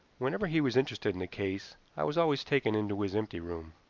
whenever he was interested in a case i was always taken into his empty room